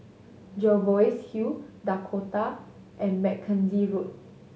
Jervois Hill Dakota and Mackenzie Road